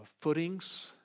footings